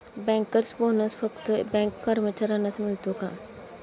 Bankers bonus फक्त bank कर्मचाऱ्यांनाच मिळतो का?